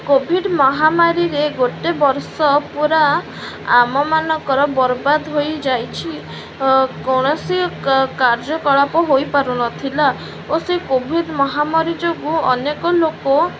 Covid ମହାମାରୀରେ ଗୋଟେ ବର୍ଷ ପୁରା ଆମମାନଙ୍କର ବରବାଦ ହୋଇଯାଇଛି କୌଣସି କାର୍ଯ୍ୟକଳାପ ହୋଇପାରୁନଥିଲା ଓ ସେ କୋଭିଡ୍ ମହାମାରୀ ଯୋଗୁଁ ଅନେକ ଲୋକ